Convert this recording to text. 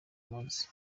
munsi